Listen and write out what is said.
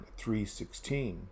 3.16